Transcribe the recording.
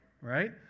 right